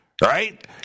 right